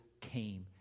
came